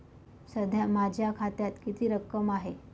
सध्या माझ्या खात्यात किती रक्कम आहे?